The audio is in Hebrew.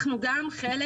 אנחנו גם חלק.